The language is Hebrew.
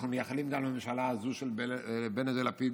אנחנו מייחלים גם לממשלה הזו של בנט ולפיד